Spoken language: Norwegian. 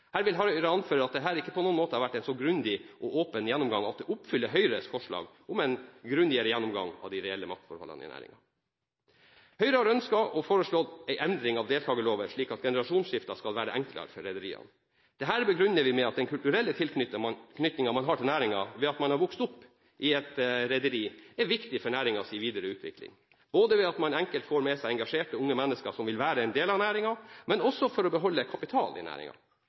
Her vil Høyre anføre at det ikke på noen måte har vært en så grundig og åpen gjennomgang at det oppfyller Høyres forslag om en grundigere gjennomgang av de reelle maktforholdene i næringen. Høyre har ønsket og foreslått en endring av deltakerloven slik at generasjonsskifter skal være enklere for rederiene. Dette begrunner vi med at den kulturelle tilknytningen man har til næringen ved at man har vokst opp i et rederi, er viktig for næringens videre utvikling, både ved at man enkelt får med seg engasjerte unge mennesker som vil være en del av næringen, og også for å beholde kapital i